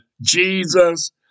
Jesus